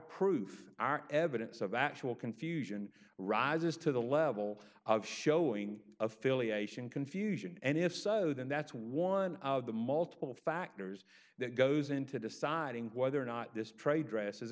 proof our evidence of actual confusion rises to the level of showing affiliation confusion and if so then that's one of the multiple factors that goes into deciding whether or not this trade dress